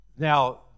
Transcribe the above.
Now